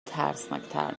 ترسناکتر